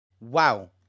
Wow